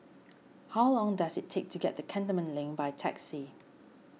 how long does it take to get to Cantonment Link by taxi